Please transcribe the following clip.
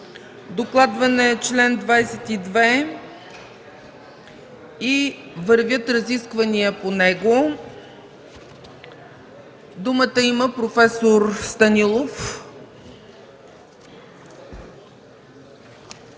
Докладван е чл. 22 и вървят разисквания по него. Думата има проф. Станилов.